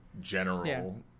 general